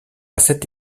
cette